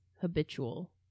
habitual